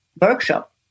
workshop